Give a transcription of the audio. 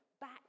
back